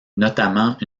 notamment